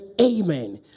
amen